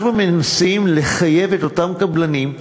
אנחנו מנסים לחייב את אותם קבלנים,